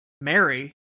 Mary